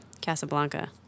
Casablanca